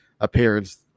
appearance